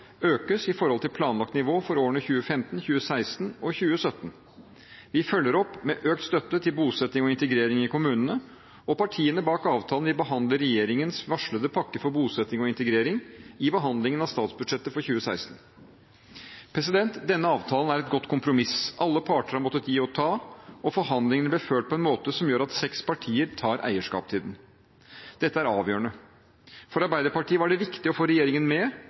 økes i forhold til planlagt nivå for årene 2015, 2016 og 2017. Vi følger opp med økt støtte til bosetting og integrering i kommunene, og partiene bak avtalen vil behandle regjeringens varslede pakke for bosetting og integrering i behandlingen av statsbudsjettet for 2016. Denne avtalen er et godt kompromiss, alle parter har måttet gi og ta, og forhandlingene ble ført på en måte som gjør at seks partier tar eierskap til den. Dette er avgjørende. For Arbeiderpartiet var det viktig å få regjeringen med